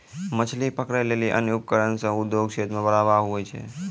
मछली पकड़ै लेली अन्य उपकरण से उद्योग क्षेत्र मे बढ़ावा हुवै छै